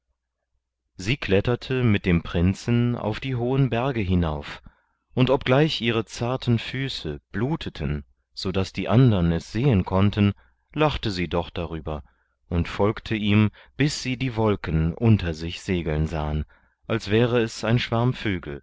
sie kletterte mit dem prinzen auf die hohen berge hinauf und obgleich ihre zarten füße bluteten sodaß die andern es sehen konnten lachte sie doch darüber und folgte ihm bis sie die wolken unter sich segeln sahen als wäre es ein schwarm